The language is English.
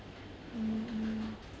mm mm